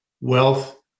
wealth